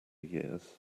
years